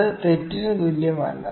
അത് തെറ്റിന് തുല്യമല്ല